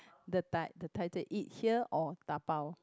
the ti~ title eat here or dabao